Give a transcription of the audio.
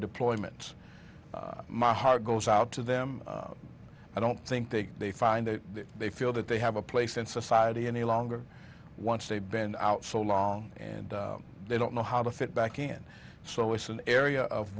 deployments my heart goes out to them i don't think that they find that they feel that they have a place in society any longer once they've been out so long and they don't know how to fit back in so it's an